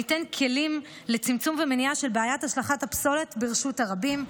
ניתן כלים לצמצום ומניעה של בעיית השלכת הפסולת ברשות הרבים.